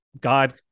God